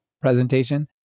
presentation